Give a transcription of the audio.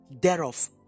thereof